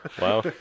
Wow